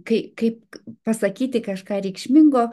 kaip kaip pasakyti kažką reikšmingo